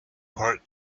part